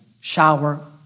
shower